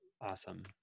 awesome